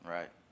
Right